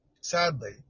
sadly